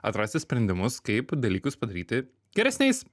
atrasti sprendimus kaip dalykus padaryti geresniais